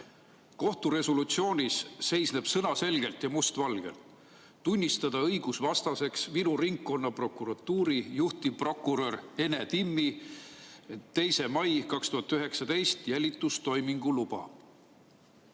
Kohtu resolutsioonis seisab sõnaselgelt ja mustvalgelt: "Tunnistada õigusvastaseks Viru Ringkonnaprokuratuuri juhtivprokurör Ene Timmi 2. mai 2019 jälitustoimingu luba."